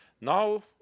Now